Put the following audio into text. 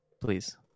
please